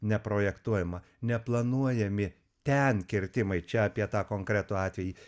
neprojektuojama neplanuojami ten kirtimai čia apie tą konkretų atvejį